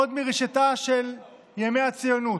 עוד מראשית ימיה של הציונות,